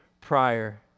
prior